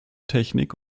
technik